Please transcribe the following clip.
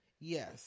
Yes